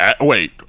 wait